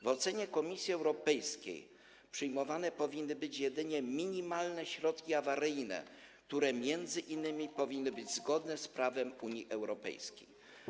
W ocenie Komisji Europejskiej przyjmowane powinny być jedynie minimalne środki awaryjne, które mi.in. powinny być zgodne z prawem Unii Europejskiej.